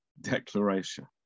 declaration